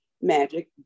magic